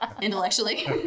intellectually